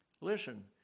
listen